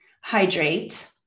hydrate